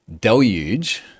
deluge